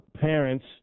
parents